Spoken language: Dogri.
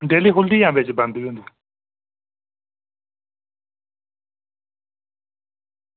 डेह्ल्ली खुह्लदी जां बिच बंद बी होंदी